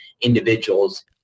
individuals